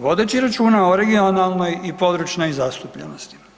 vodeći računa o regionalnoj i područnoj zastupljenosti.